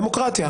דמוקרטיה.